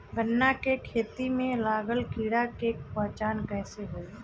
गन्ना के खेती में लागल कीड़ा के पहचान कैसे होयी?